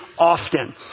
Often